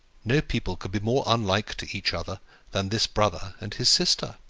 no people could be more unlike to each other than this brother and his sister.